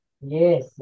Yes